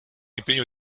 impegno